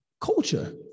culture